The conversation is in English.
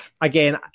Again